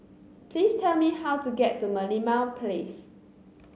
please tell me how to get to Merlimau Place